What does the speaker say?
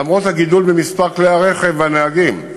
למרות הגידול במספר כלי הרכב והנהגים.